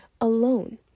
alone